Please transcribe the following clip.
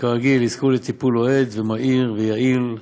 וכרגיל הם יזכו לטיפול אוהד ומהיר ויעיל,